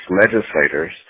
legislators